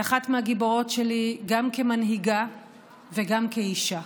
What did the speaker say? היא אחת מהגיבורות שלי גם כמנהיגה וגם כאישה.